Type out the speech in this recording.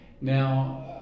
Now